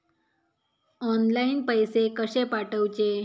Online पैसे कशे पाठवचे?